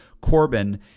corbin